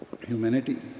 Humanity